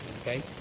Okay